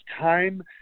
time